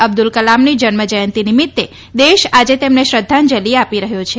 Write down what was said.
અબ્દુલ કલામની જન્મજયંતિ નિમિત્ત દેશ આજે તેમને શ્રદ્ધાંજલી આપી રહ્યો છે